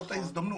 זאת ההזדמנות.